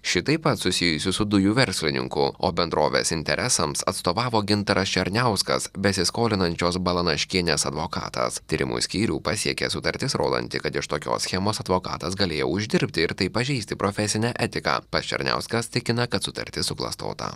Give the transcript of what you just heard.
ši taip pat susijusi su dujų verslininku o bendrovės interesams atstovavo gintaras černiauskas besiskolinančios balanaškienės advokatas tyrimų skyrių pasiekė sutartis rodanti kad iš tokios schemos advokatas galėjo uždirbti ir taip pažeisti profesinę etiką pats černiauskas tikina kad sutartis suklastota